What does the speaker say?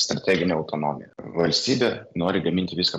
strateginė autonomija valstybė nori gaminti viską